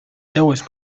seves